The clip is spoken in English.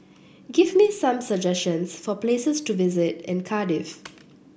give me some suggestions for places to visit in Cardiff